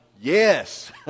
Yes